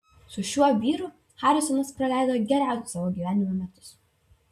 su šiuo vyru harisonas praleido geriausius savo gyvenimo metus